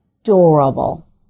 adorable